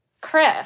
Chris